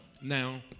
now